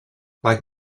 like